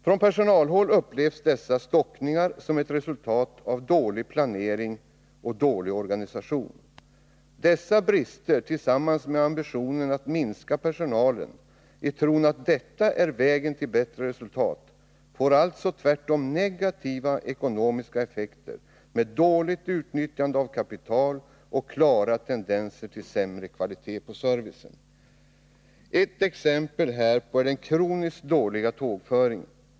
Från personalhåll upplevs dessa stockningar som ett resultat av dålig planering och dålig organisation. Dessa brister tillsammans med ambitionen att minska personal, som man tror är vägen till bättre resultat, får alltså tvärtom negativa ekonomiska effekter med dåligt utnyttjande av kapital och klara tendenser till sämre kvalitet på servicen. Ett exempel härpå är den kroniskt dåliga tågföringen.